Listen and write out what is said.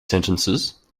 sentences